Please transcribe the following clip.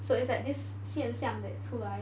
so it's like this 现象 that 出来